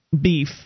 beef